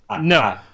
No